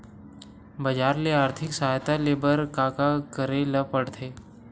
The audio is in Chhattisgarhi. बजार ले आर्थिक सहायता ले बर का का करे ल पड़थे?